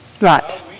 right